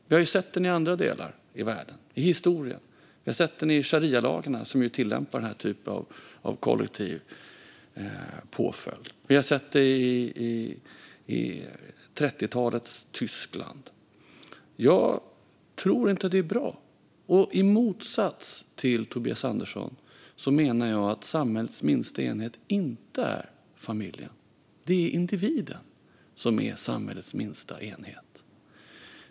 Vi har sett den i andra delar av världen och i historien. Vi har sett den i sharialagarna, som ju tillämpar den här typen av kollektiv påföljd. Vi har sett den i 30-talets Tyskland. Jag tror inte att det är bra. I motsats till Tobias Andersson menar jag att samhällets minsta enhet inte är familjen. Det är individen som är samhällets minsta enhet.